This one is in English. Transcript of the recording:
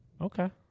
Okay